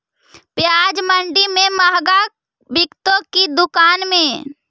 प्याज मंडि में मँहगा बिकते कि दुकान में?